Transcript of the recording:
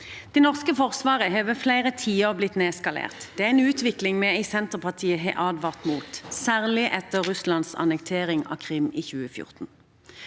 Det norske forsvaret har over flere tiår blitt nedskalert. Det er en utvikling vi i Senterpartiet har advart mot, særlig etter Russlands annektering av Krim i 2014.